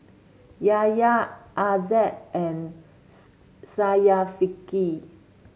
Yahya Aizat and Syafiqah